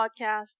Podcast